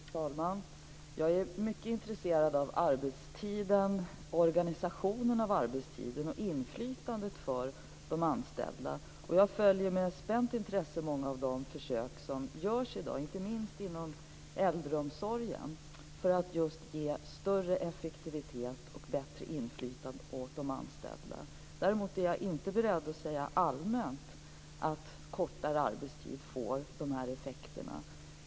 Fru talman! Jag är mycket intresserad av arbetstiden, organisationen av arbetstiden och inflytandet för de anställda. Jag följer med spänt intresse många av de försök som görs i dag, inte minst inom äldreomsorgen, för att man just skall få bättre effektivitet och bättre inflytande för de anställda. Däremot är jag inte beredd att allmänt säga att kortare arbetstid medför dessa effekter.